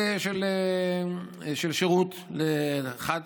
שירות לזה,